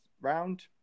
round